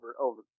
over